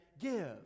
give